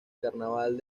carnaval